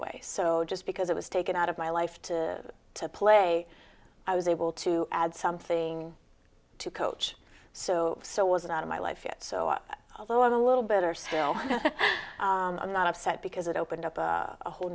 away so just because it was taken out of my life to to play i was able to add something to coach so so was it out of my life it so i know i'm a little better still i'm not upset because it opened up a whole